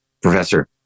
professor